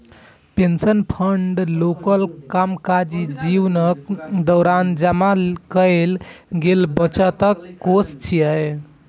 pension fund लोकक कामकाजी जीवनक दौरान जमा कैल गेल बचतक कोष छियै